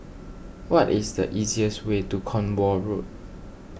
what is the easiest way to Cornwall Road